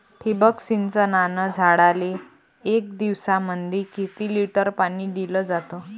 ठिबक सिंचनानं झाडाले एक दिवसामंदी किती लिटर पाणी दिलं जातं?